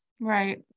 Right